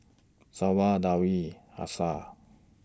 Shoaib Dewi Hafsa